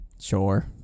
Sure